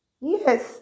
Yes